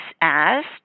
asked